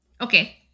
Okay